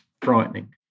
frightening